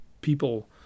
people